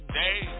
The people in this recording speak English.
day